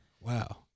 Wow